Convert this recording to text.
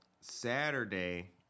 saturday